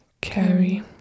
Carry